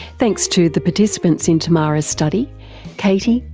thanks to the participants in tamara's study katie,